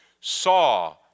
saw